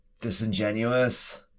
disingenuous